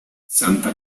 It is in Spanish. santa